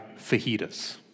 fajitas